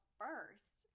first